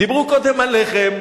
דיברו קודם על לחם,